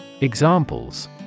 Examples